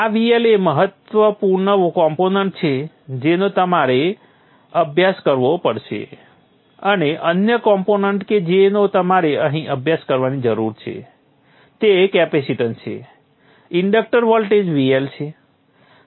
આ VL એક મહત્ત્વપૂર્ણ કોમ્પોનન્ટ છે જેનો તમારે અભ્યાસ કરવો પડશે અને અન્ય કોમ્પોનન્ટ કે જેનો તમારે અહીં અભ્યાસ કરવાની જરૂર છે તે capacitance C inductor voltage VL છે